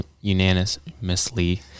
unanimously